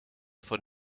von